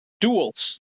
duels